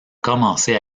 commencé